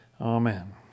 Amen